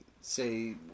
say